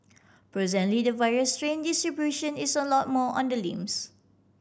presently the virus strain distribution is a lot more on the limbs